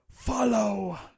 Follow